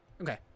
Okay